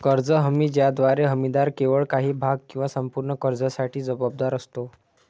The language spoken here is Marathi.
कर्ज हमी ज्याद्वारे हमीदार केवळ काही भाग किंवा संपूर्ण कर्जासाठी जबाबदार असतो